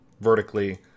vertically